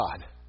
God